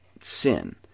sin